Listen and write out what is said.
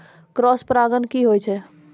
Cross परागण की होय छै?